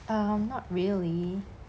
I'm not really